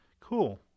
Cool